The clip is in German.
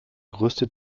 größte